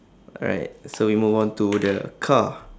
alright so we move on to the car